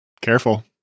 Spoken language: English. Careful